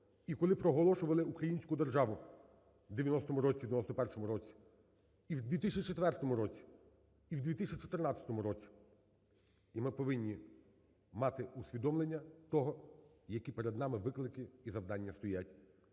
І коли проголошували українську державу в 1990 році, в 1991 році і в 2004 році, і в 2014 році, і ми повинні мати усвідомлення того, які перед нами виклики і завдання стоять.